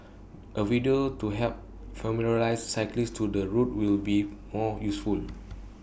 A video to help familiarise cyclists to the route will be more useful